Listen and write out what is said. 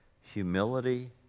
Humility